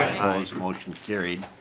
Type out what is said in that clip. motion carries.